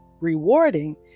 rewarding